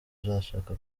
uzashaka